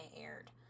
aired